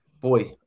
boy